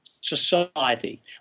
society